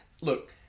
look